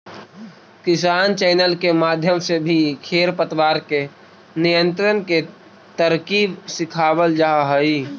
किसान चैनल के माध्यम से भी खेर पतवार के नियंत्रण के तरकीब सिखावाल जा हई